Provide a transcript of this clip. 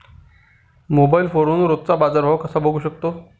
Mobile फोनवरून रोजचा बाजारभाव कसा बघू शकतो?